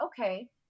okay